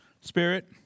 Spirit